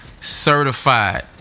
Certified